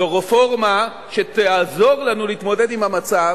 זו רפורמה שתעזור לנו להתמודד עם המצב,